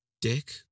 Dick